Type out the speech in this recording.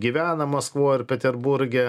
gyvena maskvoj ar peterburge